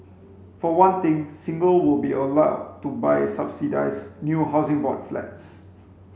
for one thing single will be allowed to buy subsidised new Housing Board flats